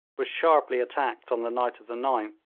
was sharply attacked on the night of the ninth,